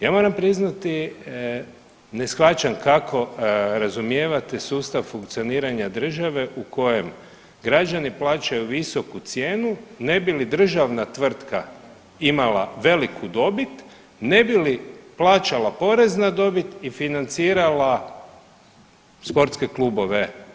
Ja moram priznati ne shvaćam kako razumijevate sustav funkcioniranja države u kojem građani plaćaju visoku cijenu, ne bi li državna tvrtka imala veliku dobit, ne bi li plaćala porez na dobit i financirala sportske klubove.